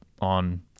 on